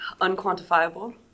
unquantifiable